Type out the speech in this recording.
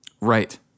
Right